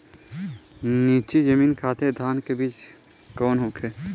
नीची जमीन खातिर धान के बीज कौन होखे?